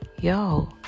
yo